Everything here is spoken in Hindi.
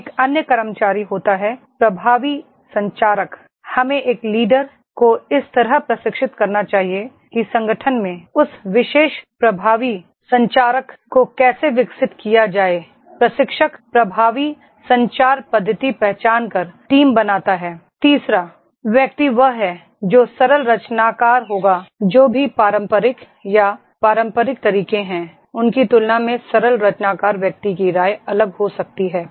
एक अन्य कर्मचारी होता है प्रभावी संचारक हमें एक लीडर को इस तरह प्रशिक्षित करना चाहिए कि संगठन में उस विशेष प्रभावी संचारक को कैसे विकसित किया जाए प्रशिक्षक प्रभावी संचार पद्धति पहचान कर टीम बनाता है तीसरा व्यक्ति वह है जो सरल रचनाकार होगाजो भी पारंपरिक या पारंपरिक तरीके हैं उनकी तुलना में सरल रचनाकार व्यक्ति की राय अलग हो सकती है